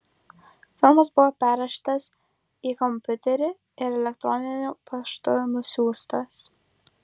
filmas buvo perrašytas į kompiuterį ir elektroniniu paštu nusiųstas